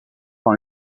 dans